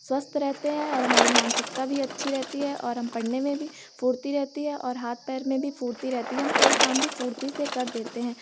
स्वस्थ रहते हैं और हमारी मानसिकता भी अच्छी रहती है और हम पढ़ने में भी फुर्ती रहती है और हाथ पैर में भी फुर्ती रहती है हम कोई काम भी फुर्ती से कर देते हैं